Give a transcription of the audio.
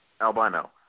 albino